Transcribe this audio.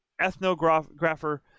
ethnographer